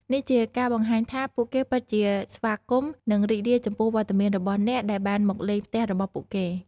នេះជាការបង្ហាញថាពួកគេពិតជាស្វាគមន៍និងរីករាយចំពោះវត្តមានរបស់អ្នកដែលបានមកលេងផ្ទះរបស់ពួកគេ។